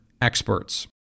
experts